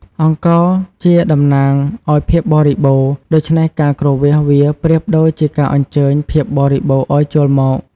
អង្ករជាតំណាងឲ្យភាពបរិបូរណ៍ ដូច្នេះការគ្រវាសវាប្រៀបដូចជាការអញ្ជើញភាពបរិបូរណ៍ឱ្យចូលមក។